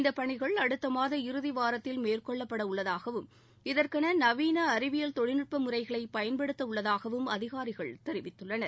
இந்தப் பணிகள் அடுத்த மாத இறுதி வாரத்தில் மேற்கொள்ளப்பட உள்ளதாகவும் இதற்கென நவீன அறிவியல் தொழில்நுட்ப முறைகளை பயன்படுத்த உள்ளதாகவும் அதிகாரிகள் தெரிவித்துள்ளனர்